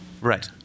Right